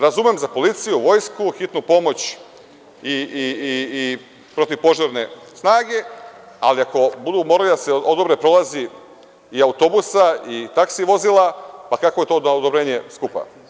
Razumem za policiju, vojsku, hitnu pomoć i protivpožarne snage, ali ako budu morali da se odobre prolazi i autobusa i taksi vozila, kakvo je to onda odobrenje skupa?